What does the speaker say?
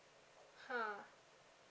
(huh)